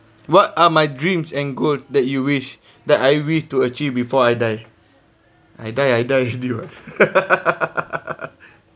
what are my dreams and goal that you wish that I wish to achieve before I die I die I die with you ah